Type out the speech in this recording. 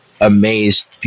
amazed